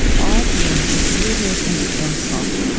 all being is rooted in the ein sof,